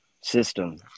system